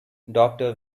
doctor